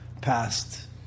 past